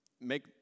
make